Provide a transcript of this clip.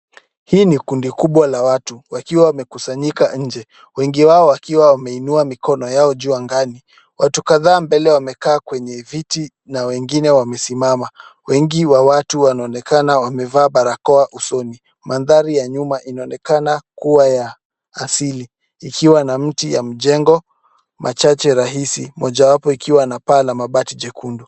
Hii ni kundi kubwa la watu wakiwa wamekusanyika nje, wengi wao wakiwa wameinua mikono yao juu angani. Watu kadhaa mbele wamekaa kwenye viti na wengine wamesimama. Wengi wa watu wanaonekana wamevaa barakoa usoni. Mandhari ya nyuma inaonekana kuwa ya asili ikiwa na mti ya mjengo machache rahisi, mojawapo ikiwa na paa la mabati jekundu.